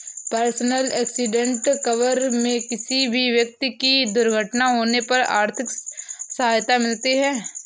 personal accident cover में किसी भी व्यक्ति की दुर्घटना होने पर आर्थिक सहायता मिलती है